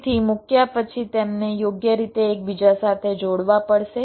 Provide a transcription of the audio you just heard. તેથી મૂક્યા પછી તેમને યોગ્ય રીતે એકબીજા સાથે જોડવા પડશે